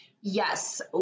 Yes